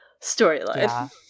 storyline